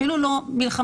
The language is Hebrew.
אפילו לא מלחמה,